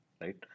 right